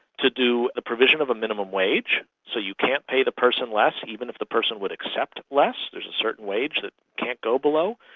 to do the provision of a minimum wage. so you can't pay the person less, even if the person would accept less, there's a certain wage that you can't go below.